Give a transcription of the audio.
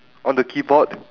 on the keyboard